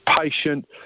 patient